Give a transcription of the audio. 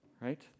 right